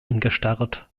angestarrt